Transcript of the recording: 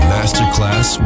Masterclass